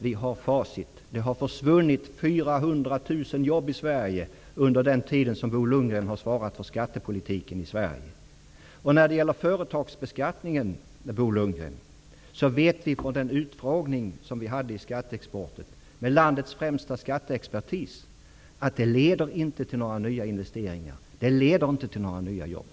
Vi har facit i handen: Det har försvunnit 400 000 jobb i Sverige under den tid som Bo Lundgren har svarat för skattepolitiken i vårt land. När det gäller företagsbeskattningen vet vi från utfrågningen i skatteutskottet med landets främsta skatteexpertis att denna åtgärd inte leder till några nya investeringar och några nya jobb.